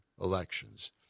Elections